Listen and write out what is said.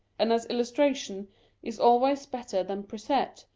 and as illustration is always better than precept,